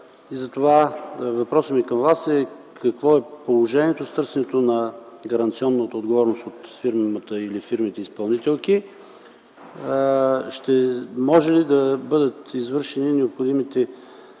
въпросът ми към Вас е: какво е положението с търсенето на гаранционната отговорност от фирмата или фирмите изпълнителки? Ще може ли да бъдат извършени необходимите